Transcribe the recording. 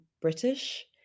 British